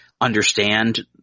understand